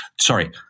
Sorry